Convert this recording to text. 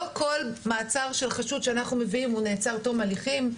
לא בכל מעצר של חשוד שאנחנו מביאים הוא נעצר עד תום ההליכים.